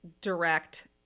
direct